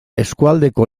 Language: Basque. eskualdeko